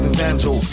Evangel